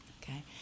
Okay